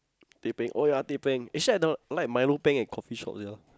teh peng oh ya teh peng actually I don't like Milo peng in coffeeshop sia